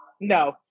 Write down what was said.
No